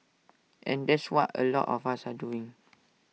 and that's what A lot of us are doing